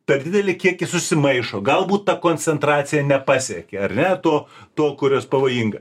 per didelį kiekį susimaišo galbūt ta koncentracija nepasiekė ar ne to to kurios pavojinga